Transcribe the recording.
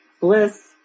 Bliss